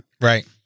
Right